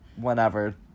whenever